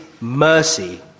mercy